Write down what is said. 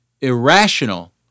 irrational